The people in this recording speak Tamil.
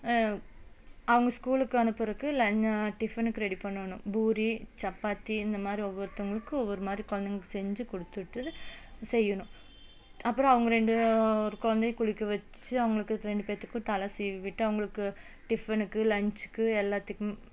அவங்க ஸ்கூலுக்கு அனுப்புறதுக்கு டிஃபனுக்கு ரெடி பண்ணணும் பூரி சப்பாத்தி இந்தமாதிரி ஒவ்வொருத்தவங்குளுக்கு ஒவ்வொரு மாதிரி குழந்தைங்களுக்கு செஞ்சு கொடுத்துட்டு செய்யணும் அப்பறம் அவங்க ரெண்டு குழந்தையும் குளிக்க வச்சு அவங்குளுக்கு ரெண்டு பேத்துக்கும் தலை சீவி விட்டு அவங்குளுக்கு டிஃபனுக்கு லஞ்சுக்கு எல்லாத்துக்கும்